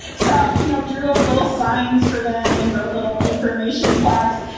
so, you know, drew up little signs for them and wrote little information plaques.